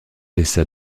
laissa